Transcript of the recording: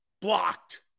blocked